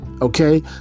okay